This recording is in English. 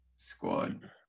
squad